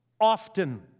often